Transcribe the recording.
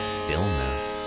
stillness